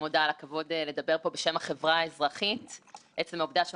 מדובר בוועדה היסטורית וחשובה כי זו הייתה הפעם הראשונה מזה עשרות